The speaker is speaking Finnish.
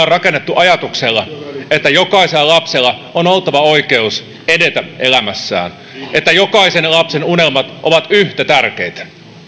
rakennettu sillä ajatuksella että jokaisella lapsella on oltava oikeus edetä elämässään että jokaisen lapsen unelmat ovat yhtä tärkeitä